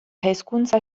hezkuntza